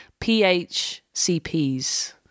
phcps